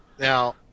Now